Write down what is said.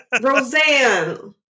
Roseanne